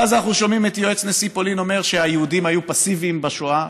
ואז אנחנו שומעים את יועץ נשיא פולין אומר שהיהודים היו פסיביים בשואה,